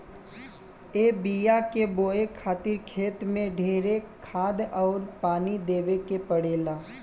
ए बिया के बोए खातिर खेत मे ढेरे खाद अउर पानी देवे के पड़ेला